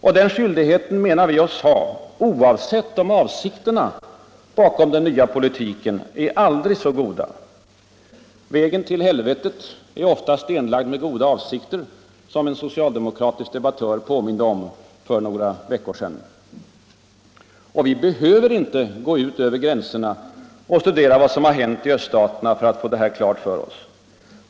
Och den skyldigheten menar vi oss ha, oavsett om avsikterna bakom denna nya politik är aldrig så goda. Vägen till helvetet är ofta stenlagd med goda avsikter, som en socialdemokratisk debattör påminde om för några veckor sedan. Vi behöver inte gå ut över gränserna och studera vad som hänt i öststaterna för att få detta klart för oss.